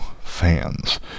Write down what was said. fans